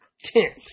tent